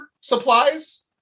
supplies